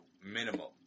minimum